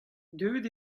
deuet